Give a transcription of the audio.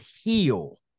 heal